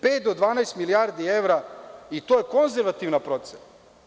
Pet do 12 milijardi evra i to je konzervativna procena.